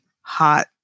hot